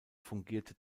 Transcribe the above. fungierte